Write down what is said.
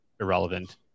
irrelevant